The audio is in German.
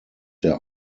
der